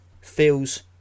Feels